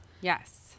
Yes